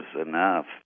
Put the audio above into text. enough